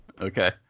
okay